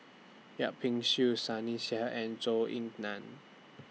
Yip Pin Xiu Sunny Sia and Zhou Ying NAN